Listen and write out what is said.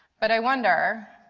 but i wonder,